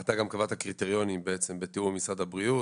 ההחלטה גם קבעה את הקריטריונים בתיאום עם משרד הבריאות,